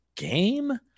game